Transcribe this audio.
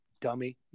dummy